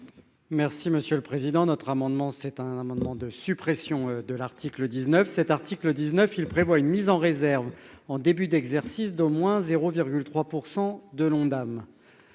Merci monsieur le Président notre amendement c'est un amendement de suppression de l'article 19 cet article 19, il prévoit une mise en réserve en début d'exercice d'au moins 0,3 pour